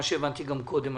מה שהבנתי גם קודם,